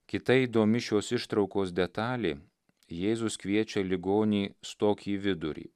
kita įdomi šios ištraukos detalė jėzus kviečia ligonį stok į vidurį